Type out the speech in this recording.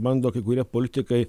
bando kai kurie politikai